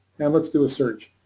and let's do a search.